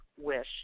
wish